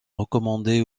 recommandé